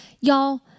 Y'all